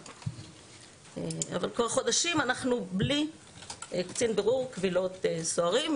כבר חודשים אנחנו בלי קצין בירור קבילות סוהרים.